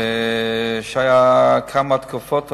היו בנושא הזה כמה התקפות עלי,